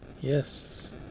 Yes